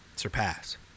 surpass